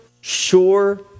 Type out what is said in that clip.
sure